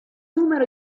numero